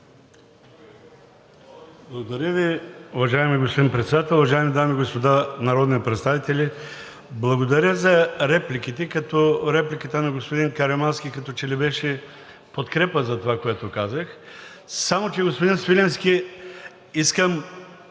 Благодаря Ви. Уважаеми господин Председател, уважаеми дами и господа народни представители! Благодаря за репликите, като репликата на господин Каримански като че ли беше подкрепа за това, което казах. Само че, господин Свиленски, искам